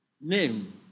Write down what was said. name